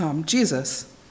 Jesus